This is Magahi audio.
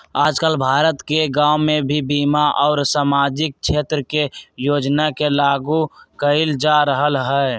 आजकल भारत के गांव में भी बीमा और सामाजिक क्षेत्र के योजना के लागू कइल जा रहल हई